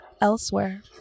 elsewhere